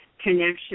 connection